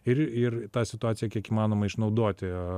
ir ir tą situaciją kiek įmanoma išnaudoti